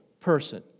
person